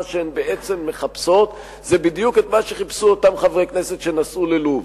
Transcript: מה שהן בעצם מחפשות זה בדיוק מה שחיפשו אותם חברי כנסת שנסעו ללוב,